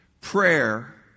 Prayer